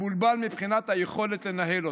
מבולבל מבחינת היכולת לנהל אותו.